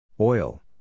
Oil